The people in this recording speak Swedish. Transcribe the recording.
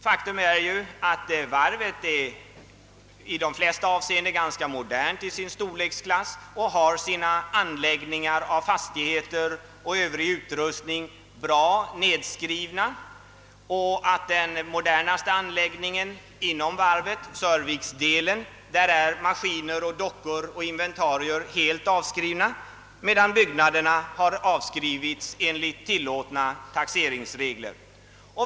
Faktum är att varvet i de flesta avseenden är ganska modernt i sin storleksklass och har sina anläggningar, fastigheter och övrig utrustning, bra nedskrivna. Den modernaste anläggningen inom varvet, Sörviks-delen, har maskiner, dockor och inventarier helt avskrivna, medan byggnaderna har avskrivits enligt tillåtna taxeringsregler.